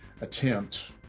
attempt